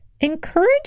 Encourage